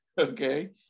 okay